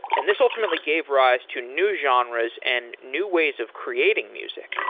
and this ultimately gave rise to new genres and new ways of creating music.